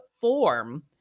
form